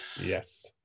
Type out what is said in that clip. Yes